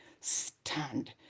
stand